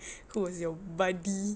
who was your buddy